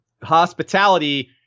hospitality